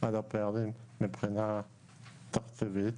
על הפערים מבחינה תקציבית.